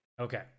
Okay